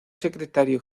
secretario